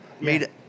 made